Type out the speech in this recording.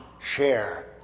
share